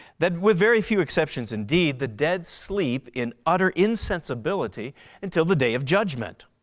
that, with very few exceptions indeed, the dead sleep in utter insensibility and till the day of judgment,